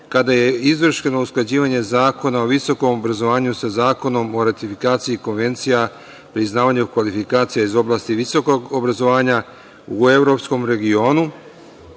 kada je izvršeno usklađivanje Zakona o visokom obrazovanju sa Zakonom o ratifikaciji konvencija o priznavanju kvalifikacija iz oblasti visokog obrazovanja u evropskom regionu,